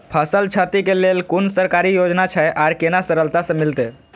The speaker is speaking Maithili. फसल छति के लेल कुन सरकारी योजना छै आर केना सरलता से मिलते?